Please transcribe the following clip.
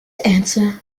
answer